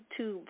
YouTube